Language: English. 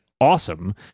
awesome